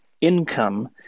income